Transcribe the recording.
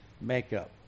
makeup